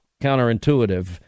counterintuitive